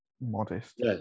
modest